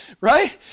right